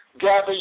gather